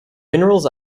minerals